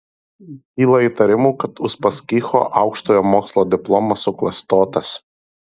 kyla įtarimų kad uspaskicho aukštojo mokslo diplomas suklastotas